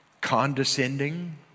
condescending